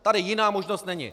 Tady jiná možnost není.